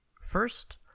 First